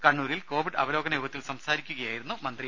കണ്ണൂരിൽ കോവിഡ് അവലോകന യോഗത്തിൽ സംസാരിക്കുകയായിരുന്നു അദ്ദേഹം